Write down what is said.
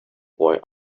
boy